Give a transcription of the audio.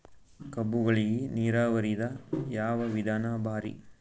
ಕಬ್ಬುಗಳಿಗಿ ನೀರಾವರಿದ ಯಾವ ವಿಧಾನ ಭಾರಿ?